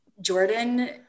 Jordan